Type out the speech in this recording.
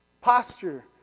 posture